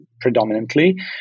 predominantly